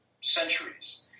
centuries